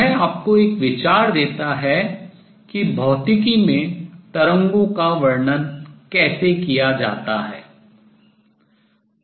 वह आपको एक विचार देता है कि भौतिकी में तरंगों का वर्णन कैसे किया जाता है